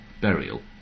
burial